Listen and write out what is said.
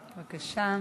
בבקשה.